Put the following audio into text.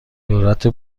ذرت